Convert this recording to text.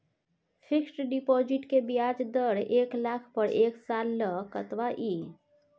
Fixed deposit के ब्याज दर एक लाख पर एक साल ल कतबा इ?